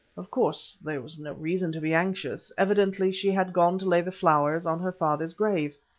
of course there was no reason to be anxious evidently she had gone to lay the flowers on her father's grave.